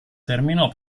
terminò